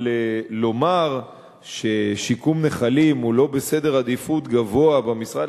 אבל לומר ששיקום נחלים הוא לא בעדיפות גבוהה במשרד